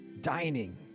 dining